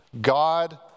God